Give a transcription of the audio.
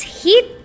heat